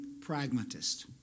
pragmatist